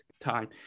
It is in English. time